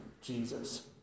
Jesus